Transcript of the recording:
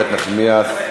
איילת נחמיאס,